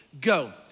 Go